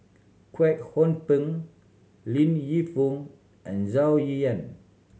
Kwek Hong Png Li Lienfung and Zhou Ying Nan